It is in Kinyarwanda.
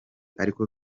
ariko